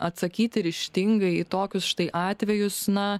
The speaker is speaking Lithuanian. atsakyti ryžtingai į tokius štai atvejus na